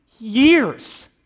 years